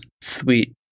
sweet